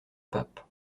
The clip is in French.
pape